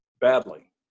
badly